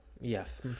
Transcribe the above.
yes